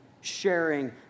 sharing